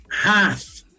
half